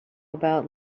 about